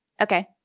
Okay